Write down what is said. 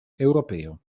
europeo